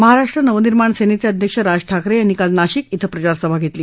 महाराष्ट्र नवनिर्माण सेनेचे अध्यक्ष राज ठाकरे यांनी काल नाशिक इथं प्रचारसभा घेतली